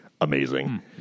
amazing